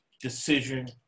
decision